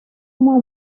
more